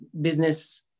business